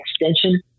extension